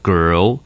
Girl